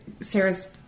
Sarah's